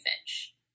Finch